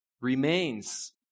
remains